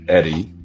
Eddie